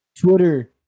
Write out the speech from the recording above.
Twitter